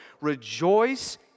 Rejoice